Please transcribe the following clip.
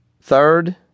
Third